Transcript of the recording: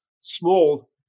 Small